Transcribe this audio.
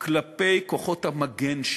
כלפי כוחות המגן שלה,